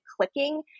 clicking